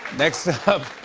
next up,